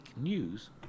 news